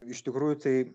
iš tikrųjų tai